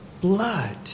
blood